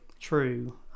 true